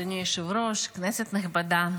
אדוני היושב-ראש, כנסת נכבדה,